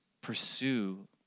pursue